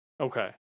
Okay